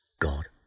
God